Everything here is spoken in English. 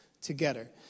together